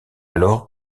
alors